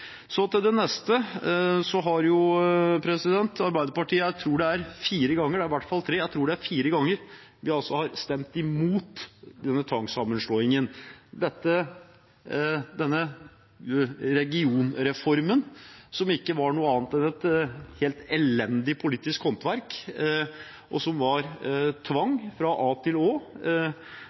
Så til det neste: Der har Arbeiderpartiet, jeg tror det er fire ganger – det er i hvert fall tre – stemt imot denne tvangssammenslåingen. Denne regionreformen, som ikke var noe annet enn helt elendig politisk håndverk, og som var tvang fra a til